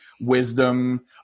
wisdom